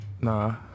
Nah